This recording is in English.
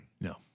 No